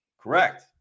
Correct